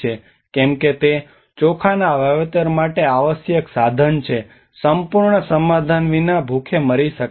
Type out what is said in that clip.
કેમ કે તે ચોખાના વાવેતર માટે આવશ્યક સાધન છે સંપૂર્ણ સમાધાન વિના ભૂખે મરી શકાય છે